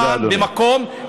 במקום,